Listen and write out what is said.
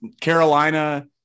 Carolina